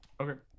Okay